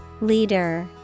Leader